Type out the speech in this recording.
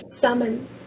summon